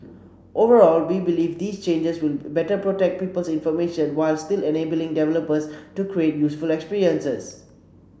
overall we believe these changes will better protect people's information while still enabling developers to create useful experiences